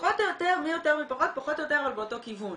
מי יותר, מי פחות, אבל פחות או יותר באותו כיוון.